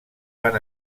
van